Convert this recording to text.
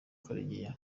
karegeya